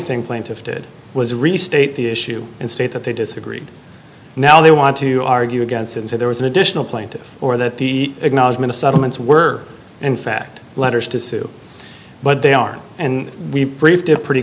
thing plaintiffs did was restate the issue and state that they disagreed now they want to argue against and say there was an additional plaintive or that the acknowledgment of settlements were in fact letters to sue but they are and we pr